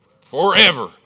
Forever